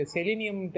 Selenium